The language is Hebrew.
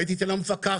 הייתי אצל המפקחת,